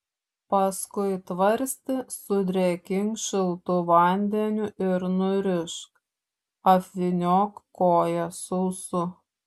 paskui tvarstį sudrėkink šiltu vandeniu ir nurišk apvyniok koją sausu